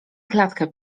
klatkę